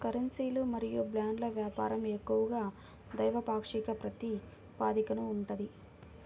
కరెన్సీలు మరియు బాండ్ల వ్యాపారం ఎక్కువగా ద్వైపాక్షిక ప్రాతిపదికన ఉంటది